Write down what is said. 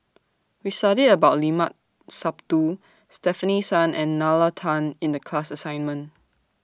We studied about Limat Sabtu Stefanie Sun and Nalla Tan in The class assignment